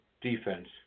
defense